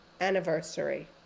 anniversary